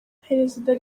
perezida